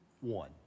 one